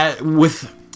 with-